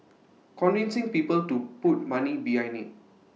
convincing people to put money behind IT